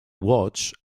watch